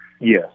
Yes